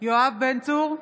יואב בן צור,